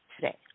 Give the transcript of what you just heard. today